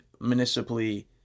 municipally